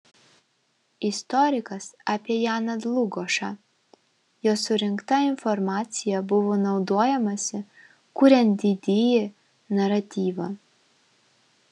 istorikas apie janą dlugošą jo surinkta informacija buvo naudojamasi kuriant didįjį naratyvą